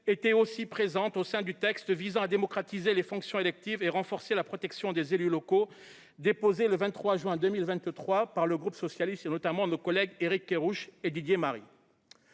étaient déjà présentes dans la proposition de loi visant à démocratiser les fonctions électives et renforcer la protection des élus locaux, déposée le 23 juin 2023 par le groupe socialiste et notamment par Éric Kerrouche et Didier Marie.